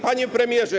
Panie Premierze!